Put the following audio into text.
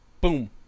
boom